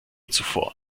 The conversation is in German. zuvor